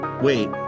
wait